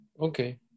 okay